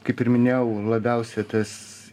kaip ir minėjau labiausia tas